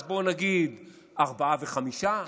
אז בואו נגיד ארבעה וחמישה.